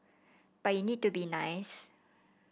but you need to be nice